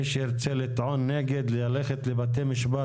מי שריצה לטעון נגד וללכת לבתי משפט,